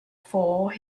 before